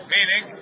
Meaning